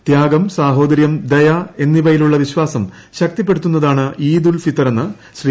ത്യാഗം സാഹോദര്യം ദയ എന്നിവയിലുള്ള വിശ്വാസം ശക്തിപ്പെടുത്തുന്നതാണ് ഈദ് ഉൽ ഫിത്തറെന്ന് ശ്രീ